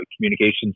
communications